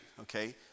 okay